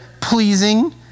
pleasing